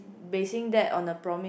basing that on the promise